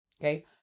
Okay